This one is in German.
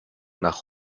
nach